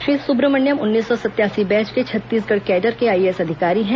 श्री सुब्रमण्यम उन्नीस सौ सत्यासी बैच के छत्तीसगढ़ कैडर के आईएएस अधिकारी हैं